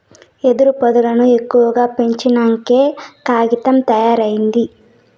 వెదురు పొదల్లను ఎక్కువగా పెంచినంకే కాగితం తయారైంది